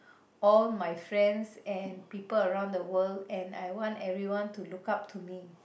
all my friends and people around the world and I want everyone to look up to me